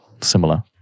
similar